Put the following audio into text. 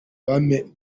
bamamaye